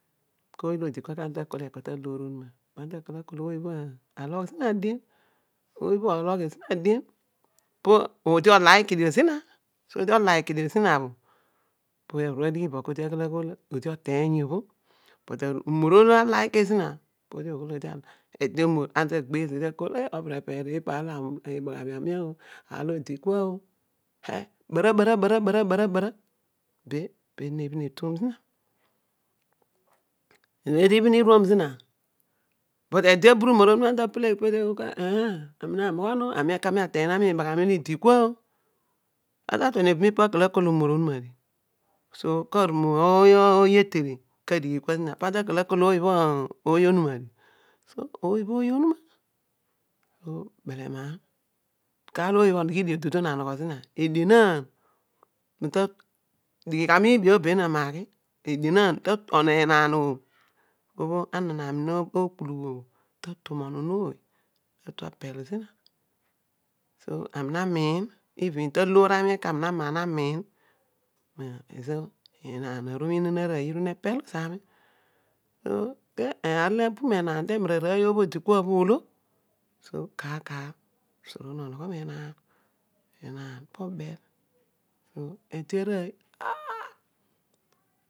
Ko ooy olo odi kua kana ta kol oko ta ohor onuma ana ta kok akoz alogh zina madien ouy bno ologh zina dien, kol oll zina odi oliki dio soro odi ohiaki zina paar obno radigini kodi aghol moodi oteeny in bro but aliki zina, kua. di oghol vedi aliki, modi modi podi oghul obtherappler ibno pi ibaghami on rek peedi aar olu edi ku boro, buro, bovo be nezhin etuom zina eedi ibhin gozom zina but ade abarumor ana ta pelegh reeds oghol ekua e ch ami namoghon on, amonekona teeny vami olo idi bagthami ana ta tuam ebumi ipa avol akal umor onuma dio so ko aru movy le etere lan adrghi kuh zine pana ta kal akul ha ooy onna dio soooy ooy betemaan, kalo oby bho odighi dondon anogho zina odignan rezo adi elighi gha viibi obho be maghi gha edienaan zina ana nani tatom zina, even onon so arel miin elcon a ooy ate armi na ta aloor ami ani na maar namcin mezo enaan aroom rapel zin memaan arowy eru zo, pu aar ols the bala bu olo so kan haar borone mamogro menaran enaan po obel ede arooy ah.